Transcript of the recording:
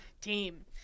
Team